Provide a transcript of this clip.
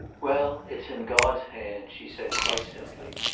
well, it's in god's hands, she said, quite simply.